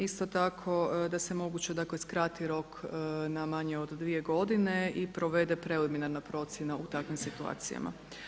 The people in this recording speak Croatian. Isto tako da se moguće dakle skrati rok na manje od dvije godine i provede preeliminarna procjena u takvim situacijama.